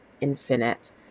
infinite